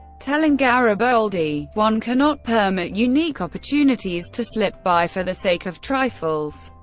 telling gariboldi one cannot permit unique opportunities to slip by for the sake of trifles.